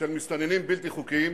של מסתננים בלתי חוקיים,